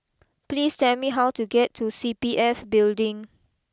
please tell me how to get to C P F Building